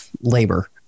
labor